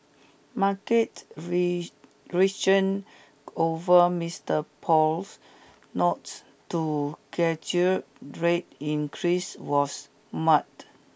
market reaction over Mister Powell's nods to rate increase was muted